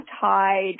tide